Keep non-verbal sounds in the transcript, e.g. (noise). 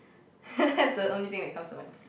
(laughs) that's the only thing that comes to mind